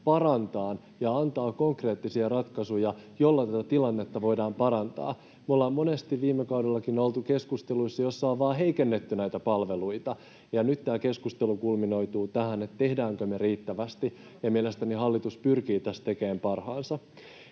parantamaan ja antamaan konkreettisia ratkaisuja, jolloin tätä tilannetta voidaan parantaa. Me ollaan monesti viime kaudellakin oltu keskusteluissa, joissa on vain heikennetty näitä palveluita, ja nyt tämä keskustelu kulminoituu tähän, tehdäänkö me riittävästi, ja mielestäni hallitus pyrkii tässä tekemään parhaansa.